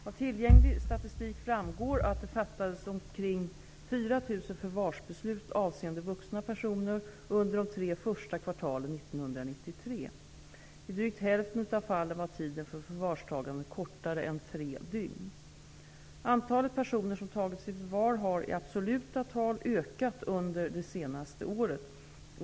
Av tillgänglig statistik framgår att det fattades omkring 4 000 Antalet personer som tagits i förvar har i absoluta tal ökat under det senaste året.